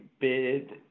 bid